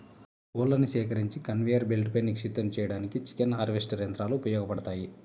కోళ్లను సేకరించి కన్వేయర్ బెల్ట్పై నిక్షిప్తం చేయడానికి చికెన్ హార్వెస్టర్ యంత్రాలు ఉపయోగపడతాయి